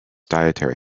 dietary